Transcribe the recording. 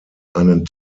einen